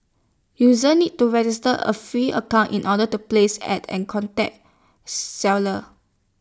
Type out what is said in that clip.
users need to register A free account in order to place ads and contact seller